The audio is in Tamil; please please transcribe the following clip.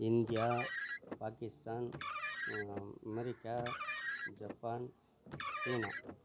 India Pakistan America Japan China